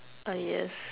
uh yes